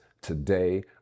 today